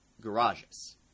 garages